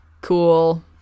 cool